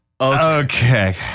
okay